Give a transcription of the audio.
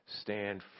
Stand